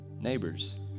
Neighbors